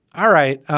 all right,